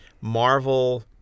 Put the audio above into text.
Marvel